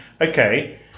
okay